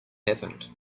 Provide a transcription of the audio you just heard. happened